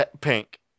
pink